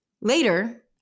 later